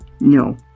No